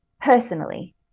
personally